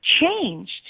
changed